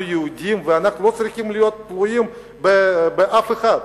אנחנו יהודים ואנחנו לא צריכים להיות תלויים באף אחד.